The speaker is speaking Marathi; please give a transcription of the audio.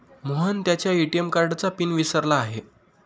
मोहन त्याच्या ए.टी.एम कार्डचा पिन विसरला आहे